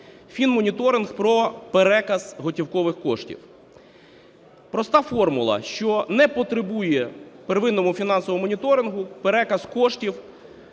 Фінмоніторинг – про переказ готівкових коштів. Проста формула, що не потребує первинного фінансового моніторингу переказ коштів,